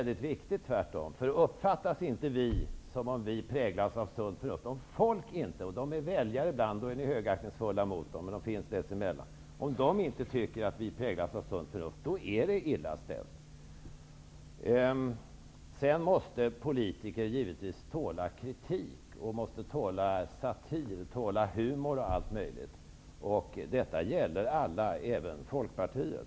Det är tvärtom väldigt viktigt. Om folk -- de är väljare ibland, och då är ni högaktningsfulla mot dem, men de finns även mellan valen -- inte tycker att riksdagen präglas av sunt förnuft, är det illa ställt. Sedan måste politiker givetvis tåla kritik. De måste tåla satir, tåla humor och allt möjligt. Detta gäller alla, även Folkpartiet.